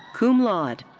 cum laude.